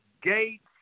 gates